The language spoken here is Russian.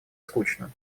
скучно